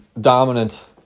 dominant